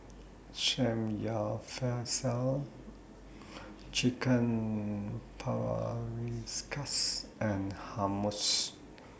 Samgyeopsal Chicken Paprikas and Hummus